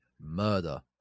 murder